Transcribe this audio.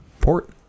port